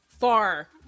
far